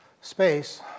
space